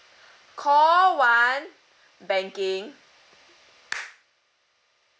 call one banking